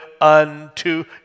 unto